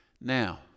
Now